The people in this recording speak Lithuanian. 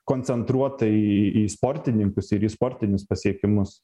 koncentruota į į sportininkus ir į sportinius pasiekimus